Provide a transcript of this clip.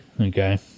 okay